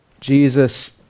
Jesus